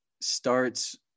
starts